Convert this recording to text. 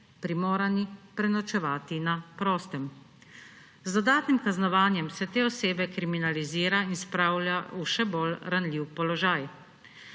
primorani prenočevati na prostem. Z dodatnim kaznovanjem se te osebe kriminalizira in spravlja v še bolj ranljiv položaj.